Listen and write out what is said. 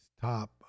top